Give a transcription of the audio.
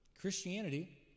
Christianity